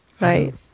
right